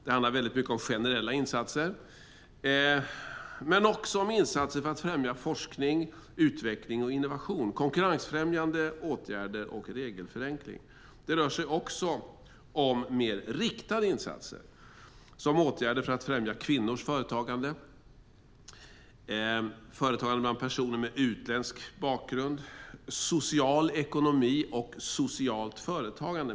Det handlar väldigt mycket om generella insatser, men också om insatser för att främja forskning, utveckling och innovation, konkurrensfrämjande åtgärder och regelförenkling. Det rör sig också om mer riktade insatser, som åtgärder för att främja kvinnors företagande, företagande bland personer med utländsk bakgrund, social ekonomi och socialt företagande.